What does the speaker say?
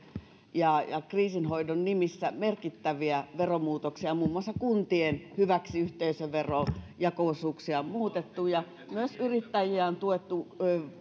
ja ja kriisinhoidon nimissä merkittäviä veromuutoksia muun muassa kuntien hyväksi yhteisöveron jako osuuksia on muutettu ja myös yrittäjiä on tuettu